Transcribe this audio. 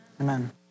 Amen